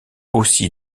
aussi